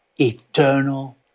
Eternal